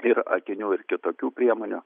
ir akinių ir kitokių priemonių